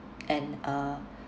and uh